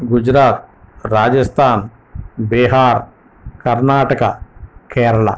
Gujarat Rajasthan Bihar Karnataka Kerala